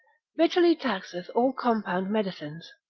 bitterly taxeth all compound medicines,